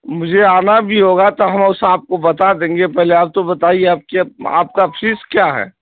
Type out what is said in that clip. مجھے آنا بھی ہوگا تو ہم اوسا آپ کو بتا دیں گے پہلے آپ تو بتائیے آپ آپ کا فیس کیا ہے